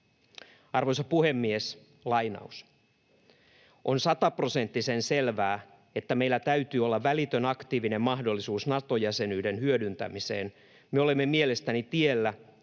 Arvoisa puhemies! ”On sataprosenttisen selvää, että meillä täytyy olla välitön aktiivinen mahdollisuus Nato-jäsenyyden hyödyntämiseen. Me olemme mielestäni tiellä,